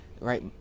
right